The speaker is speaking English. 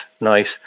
nice